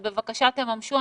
בבקשה, תממשו.